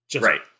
Right